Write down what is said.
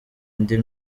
indi